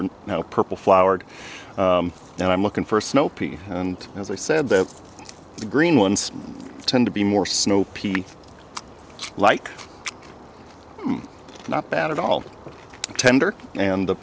are now purple flowered and i'm looking for snow peas and as i said that green ones tend to be more snow pea like not bad at all tender and